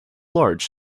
large